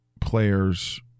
players